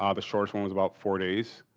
ah the shortest one was about four days.